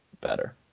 better